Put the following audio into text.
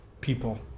people